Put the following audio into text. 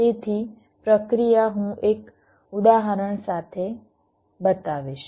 તેથી પ્રક્રિયા હું એક ઉદાહરણ સાથે બતાવીશ